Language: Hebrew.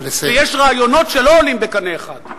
ויש רעיונות שלא עולים בקנה אחד.